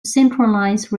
synchronize